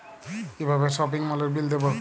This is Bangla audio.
কিভাবে সপিং মলের বিল দেবো?